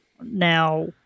Now